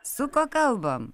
su kuo kalbam